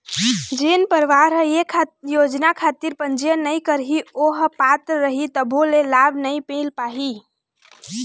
जेन परवार ह ये योजना खातिर पंजीयन नइ करही ओ ह पात्र रइही तभो ले लाभ नइ मिल पाही